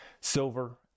silver